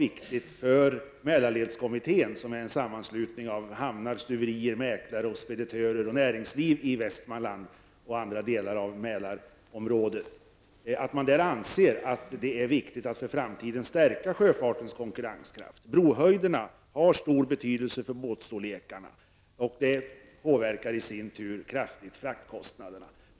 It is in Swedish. Inom Mälarledskommittén -- som är en sammanslutning av hamnar, stuverier, mäklare, speditörer och näringsliv i Västmanland och andra delar av Mälarområdet -- anser man att det inför framtiden är viktigt att stärka sjöfartens konkurrenskraft. Höjden på broarna har stor betydelse för båtstorlekarna, och det påverkar i sin tur kraftigt fraktkostnaderna.